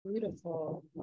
Beautiful